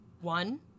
One